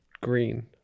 green